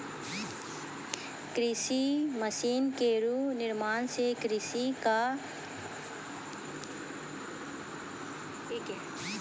कृषि मसीन केरो निर्माण सें कृषि क अर्थव्यवस्था म सुधार होलै